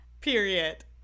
Period